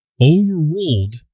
overruled